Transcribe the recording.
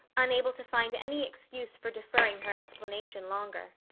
unable to find any excuse for deferring her explanation longer,